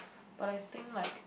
but I think like